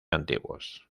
antiguos